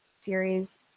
series